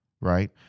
right